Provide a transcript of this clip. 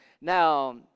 Now